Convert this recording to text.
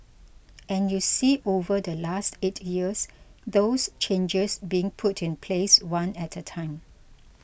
and you see over the last eight years those changes being put in place one at a time